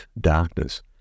darkness